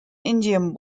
indian